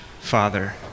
father